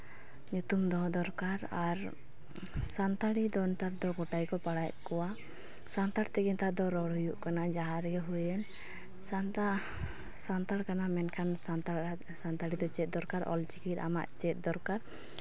ᱧᱩᱛᱩᱢ ᱫᱚᱦᱚ ᱫᱚᱨᱠᱟᱨ ᱟᱨ ᱥᱟᱱᱛᱟᱲᱤ ᱫᱚ ᱱᱮᱛᱟᱨ ᱫᱚ ᱜᱳᱴᱟ ᱜᱮᱠᱚ ᱯᱟᱲᱦᱟᱣᱮᱫ ᱠᱚᱣᱟ ᱥᱟᱱᱛᱟᱲ ᱛᱮᱜᱮ ᱱᱮᱛᱟᱨ ᱫᱚ ᱨᱚᱲ ᱦᱩᱭᱩᱜ ᱠᱟᱱᱟ ᱡᱟᱦᱥᱟᱸ ᱨᱮᱜᱮ ᱦᱩᱭᱮᱱ ᱥᱟᱱᱛᱟᱲ ᱥᱟᱱᱛᱟᱲ ᱠᱟᱱᱟ ᱢᱮᱱᱠᱷᱟᱱ ᱥᱟᱱᱛᱟᱲ ᱥᱟᱱᱛᱟᱲᱤ ᱛᱮ ᱪᱮᱫ ᱫᱚᱨᱠᱟᱨ ᱚᱞᱪᱤᱠᱤ ᱟᱢᱟᱜ ᱪᱮᱫ ᱫᱚᱨᱠᱟᱨ